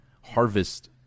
harvest